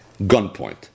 gunpoint